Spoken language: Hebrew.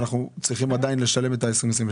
ואנחנו צריכים עדיין לשלם את ה-2022?